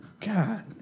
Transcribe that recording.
God